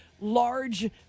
large